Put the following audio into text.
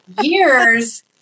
years